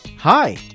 Hi